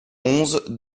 onze